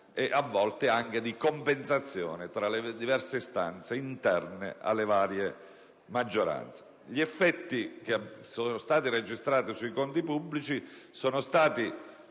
e talvolta anche di compensazione tra le diverse istanze interne alle varie maggioranze. Gli effetti che sono stati registrati sui conti pubblici sono stati